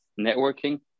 networking